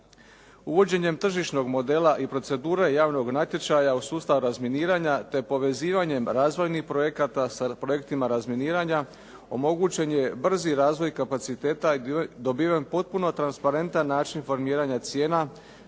Uvođenjem tržišnog modela i procedure javnog natječaja u sustav razminiranja te povezivanjem razvojnih projekata sa projektima razminiranja omogućen je brzi razvoj kapaciteta dobiven potpuno transparentan način formiranja cijena